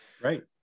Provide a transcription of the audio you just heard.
Right